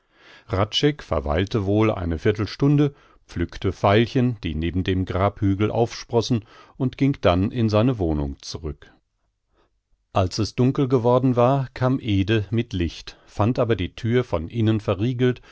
verweilte wohl eine viertelstunde pflückte veilchen die neben dem grabhügel aufsprossen und ging dann in seine wohnung zurück als es dunkel geworden war kam ede mit licht fand aber die thür von innen verriegelt